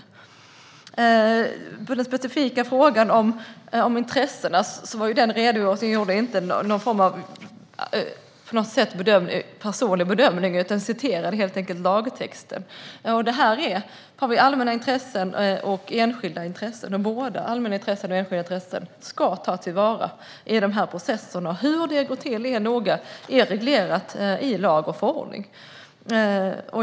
När det gäller den specifika frågan om intressena var den redogörelse jag gav ingen personlig bedömning, utan jag citerade helt enkelt lagtexten. Här har vi både enskilda och allmänna intressen, och båda ska tas till vara i processerna. Hur det går till är noga reglerat i lag och förordning.